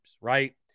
right